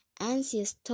Anxious